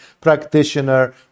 practitioner